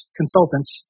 consultants